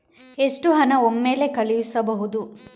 ಎಷ್ಟು ಹಣ ಒಮ್ಮೆಲೇ ಕಳುಹಿಸಬಹುದು?